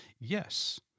yes